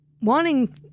wanting